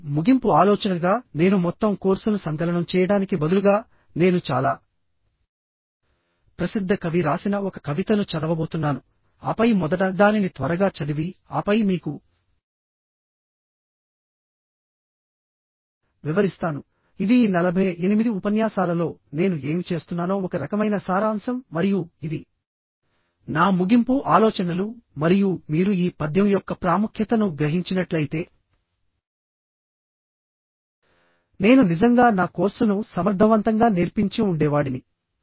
ఇప్పుడు ముగింపు ఆలోచనగా నేను మొత్తం కోర్సును సంకలనం చేయడానికి బదులుగా నేను చాలా ప్రసిద్ధ కవి రాసిన ఒక కవితను చదవబోతున్నాను ఆపై మొదట దానిని త్వరగా చదివి ఆపై మీకు వివరిస్తాను ఇది ఈ 48 ఉపన్యాసాలలో నేను ఏమి చేస్తున్నానో ఒక రకమైన సారాంశం మరియు ఇది నా ముగింపు ఆలోచనలు మరియు మీరు ఈ పద్యం యొక్క ప్రాముఖ్యతను గ్రహించినట్లయితే నేను నిజంగా నా కోర్సును సమర్థవంతంగా నేర్పించి ఉండేవాడిని